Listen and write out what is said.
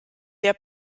der